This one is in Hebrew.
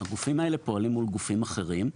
הגופים האלה פועלים מול גופים אחרים.